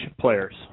players